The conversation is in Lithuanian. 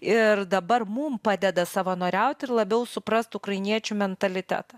ir dabar mum padeda savanoriaut ir labiau suprast ukrainiečių mentalitetą